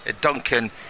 Duncan